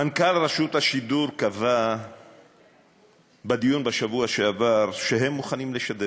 מנכ"ל רשות השידור קבע בדיון בשבוע שעבר שהם מוכנים לשדר